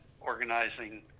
organizing